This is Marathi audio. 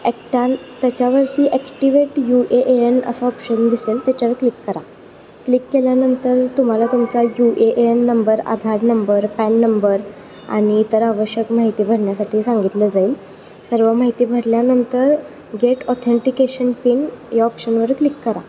ॲक्टान त्याच्यावरती activate U A A N असं ऑप्शन दिसेल त्याच्यावर क्लिक करा क्लिक केल्यानंतर तुम्हाला तुमचा U A A N number Aadhaar number PAN number आणि इतर आवश्यक माहिती भरण्यासाठी सांगितलं जाईल सर्व माहिती भरल्यानंतर गेट ऑथेंटिकेशन पिन या ऑप्शनवर क्लिक करा